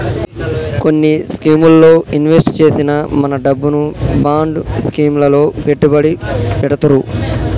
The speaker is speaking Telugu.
కొన్ని స్కీముల్లో ఇన్వెస్ట్ చేసిన మన డబ్బును బాండ్ స్కీం లలో పెట్టుబడి పెడతుర్రు